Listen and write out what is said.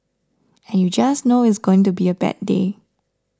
and you just know it's going to be a bad day